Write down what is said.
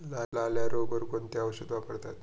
लाल्या रोगावर कोणते औषध वापरतात?